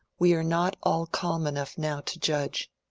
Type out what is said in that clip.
we are not all calm enough now to judge.